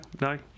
no